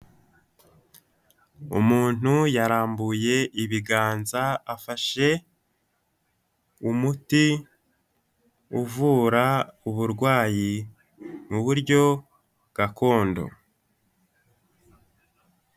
Umuntu yarambuye ibiganza, afashe umuti uvura uburwayi mu buryo gakondo.